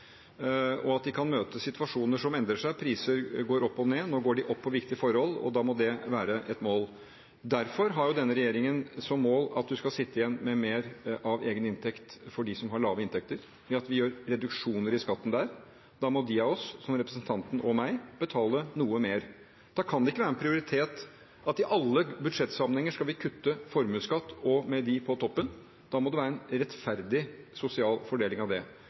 og at de kan møte situasjoner som endrer seg. Priser går opp og ned, nå går de opp på viktige forhold. Da må det være et mål. Derfor har denne regjeringen som mål at man skal sitte igjen med mer av egen inntekt for dem som har lave inntekter, ved at vi gjør reduksjoner i skatten der. Da må de av oss med høye inntekter, som representanten og meg, betale noe mer. Da kan det ikke være en prioritet at vi i alle budsjettsammenhenger skal kutte formuesskatt for dem på toppen. Da må det være en rettferdig sosial fordeling av det.